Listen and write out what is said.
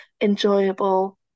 enjoyable